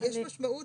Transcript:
יש משמעות